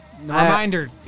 Reminder